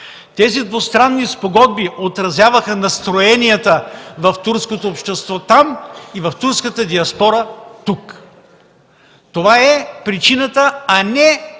Тези двустранни спогодби отразяваха настроенията в турското общество там и в турската диаспора тук. Това е причината, а не,